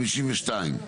אנחנו עוברים ל-52.